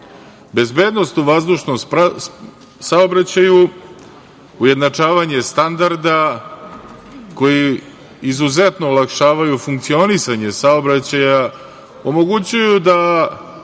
Sporazumu. Bezbednost u vazdušnom saobraćaju, ujednačavanje standarda koji izuzetno olakšavaju funkcionisanje saobraćaja, omogućuju da